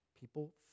People